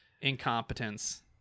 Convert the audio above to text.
incompetence